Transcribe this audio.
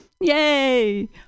Yay